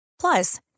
Plus